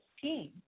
team